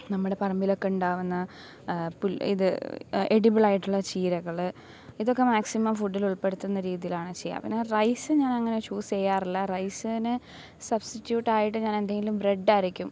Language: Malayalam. നമ്മുടെ പറമ്പിലൊക്കെയുണ്ടാവുന്ന പുൽ ഇത് എഡിബിളായിട്ടുള്ള ചീരകൾ ഇതൊക്കെ മാക്സിമം ഫുഡിലുൾപ്പെടുത്തുന്ന രീതിയിലാണ് ചെയ്യുക പിന്നെ റൈസ് ഞാനങ്ങനെ ചൂസ് ചെയ്യാറില്ല റൈസിന് സബ്സ്റ്റിറ്റുട്ടായിട്ട് ഞാനെന്തേലും ബ്രെഡായിരിക്കും